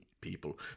people